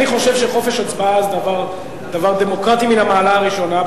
אני חושב שחופש הצבעה זה דבר דמוקרטי מן המעלה הראשונה,